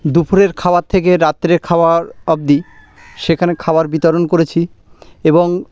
দুপুরের খাবার থেকে রাত্রের খাওয়ার অবধি সেখানে খাবার বিতরণ করেছি এবং